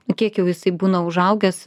kiek jau jisai būna užaugęs